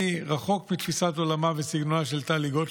אני רחוק מתפיסת עולמה ומסגנונה של טלי גוטליב,